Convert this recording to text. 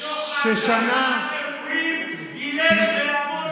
אנחנו רוצים שמועמד שמואשם בשוחד והפרת אמונים ילך ויעמוד למשפט.